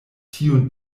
tiun